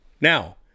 Now